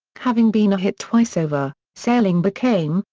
having been a hit twice over, sailing became,